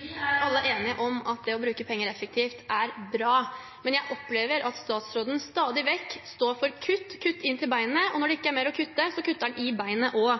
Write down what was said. Vi er alle enige om at det å bruke penger effektivt er bra, men jeg opplever at statsråden stadig vekk står for kutt inn til beinet, og når det ikke er mer å kutte, kutter han i beinet også.